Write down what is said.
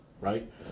right